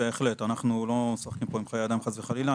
בהחלט אנחנו לא משחקים עם חיי אדם חס וחלילה,